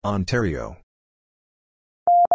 Ontario